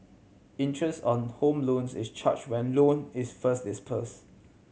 interest on home loans is charge when loan is first disperse